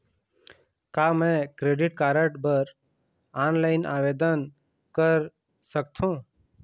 का मैं credit card बर ऑनलाइन आवेदन कर सकथों?